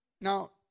now